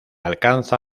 alcanza